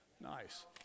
nice